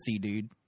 dude